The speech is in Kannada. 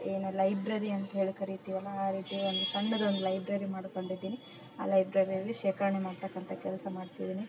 ಏನು ಲೈಬ್ರೆರಿ ಅಂತ ಹೇಳಿ ಕರಿತೀವಿ ಅಲ್ಲಾ ಆ ರೀತಿ ಒಂದು ಸಣ್ಣದೊಂದು ಲೈಬ್ರೆರಿ ಮಾಡ್ಕೊಂಡಿದ್ದೀನಿ ಆ ಲೈಬ್ರೆರಿಯಲ್ಲಿ ಶೇಖರ್ಣೆ ಮಾಡ್ತಕ್ಕಂಥ ಕೆಲಸ ಮಾಡ್ತಿದ್ದೀನಿ